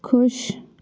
ख़ुश